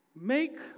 make